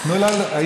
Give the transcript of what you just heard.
רגע.